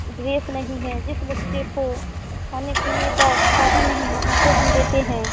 dress नहीं हैं जिस बच्चे को खाने पीने का साधन नहीं है उनको हम देते हैं